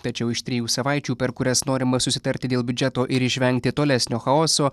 tačiau iš trijų savaičių per kurias norima susitarti dėl biudžeto ir išvengti tolesnio chaoso